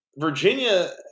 Virginia